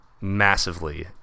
massively